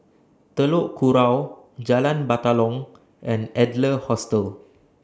Telok Kurau Jalan Batalong and Adler Hostel